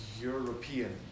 European